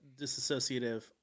disassociative